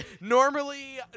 Normally